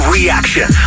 Reaction